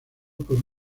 por